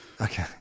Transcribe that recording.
Okay